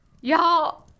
y'all